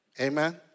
amen